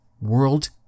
world